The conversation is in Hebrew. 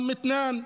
אום מתנאן,